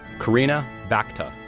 kareena bhakta,